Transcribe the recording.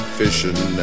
fishing